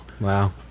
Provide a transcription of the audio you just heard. wow